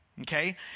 Okay